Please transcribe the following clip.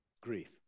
grief